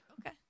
Okay